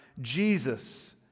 Jesus